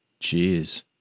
Jeez